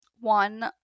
one